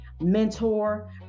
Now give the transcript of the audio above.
mentor